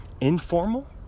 Informal